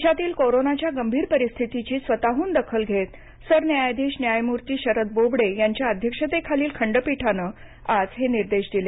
देशातील कोरोनाच्या गंभीर परिस्थितीची स्वतहून दखल घेत सर न्यायाधीश न्यायमूर्ती शरद बोबडे यांच्या अध्यक्षतेखालील खंडपीठाने आज हे निर्देश दिले